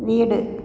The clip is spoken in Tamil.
வீடு